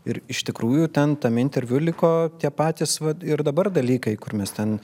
ir iš tikrųjų ten tame interviu liko tie patys vat ir dabar dalykai kur mes ten